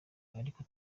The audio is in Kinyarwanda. ariko